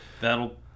That'll